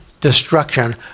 destruction